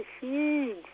huge